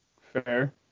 fair